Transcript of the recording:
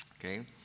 Okay